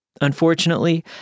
Unfortunately